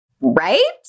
Right